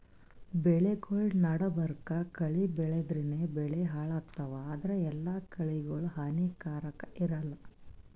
ಬೆಳಿಗೊಳ್ ನಡಬರ್ಕ್ ಕಳಿ ಬೆಳ್ಯಾದ್ರಿನ್ದ ಬೆಳಿ ಹಾಳಾಗ್ತಾವ್ ಆದ್ರ ಎಲ್ಲಾ ಕಳಿಗೋಳ್ ಹಾನಿಕಾರಾಕ್ ಇರಲ್ಲಾ